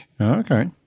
Okay